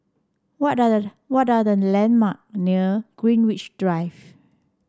what are the what are the landmark near Greenwich Drive